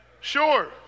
sure